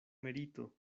merito